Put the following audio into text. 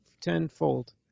tenfold